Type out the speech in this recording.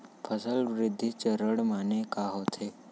फसल वृद्धि चरण माने का होथे?